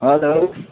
hello